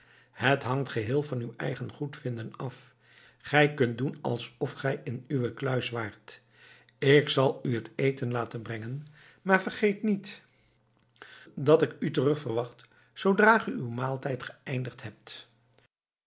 het hangt geheel van uw eigen goedvinden af gij kunt doen alsof gij in uwe kluis waart ik zal u het eten laten brengen maar vergeet niet dat ik u terug verwacht zoodra gij uw maaltijd geëindigd hebt